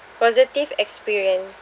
positive experience